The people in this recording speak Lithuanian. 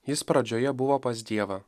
jis pradžioje buvo pas dievą